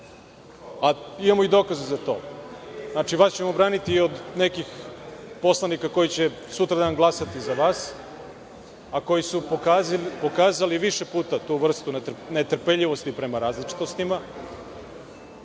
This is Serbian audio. i dokaze za to. Znači, vas ćemo braniti i od nekih poslanika koji će sutradan glasati za vas, a koji su pokazali više puta tu vrstu netrpeljivosti prema različitostima,